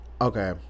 okay